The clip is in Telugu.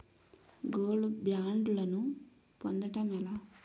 గోల్డ్ బ్యాండ్లను పొందటం ఎలా?